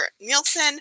nielsen